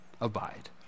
abide